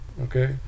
okay